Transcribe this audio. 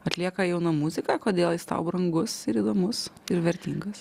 atlieka jauna muzika kodėl jis tau brangus ir įdomus ir vertingas